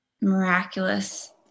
miraculous